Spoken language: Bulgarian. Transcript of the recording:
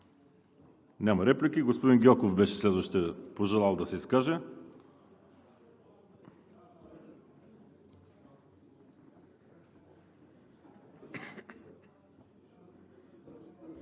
Няма. Господин Гьоков беше следващият, пожелал да се изкаже.